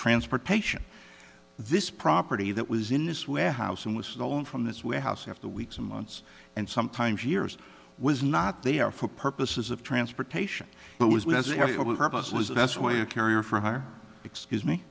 transportation this property that was in this warehouse and was stolen from this warehouse if the weeks and months and sometimes years was not there for purposes of transportation but was with the best way a carrier for her excuse me